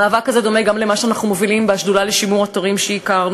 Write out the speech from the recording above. המאבק הזה דומה גם למה שאנחנו מובילים בשדולה לשימור אתרים שהקמנו.